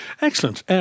excellent